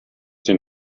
den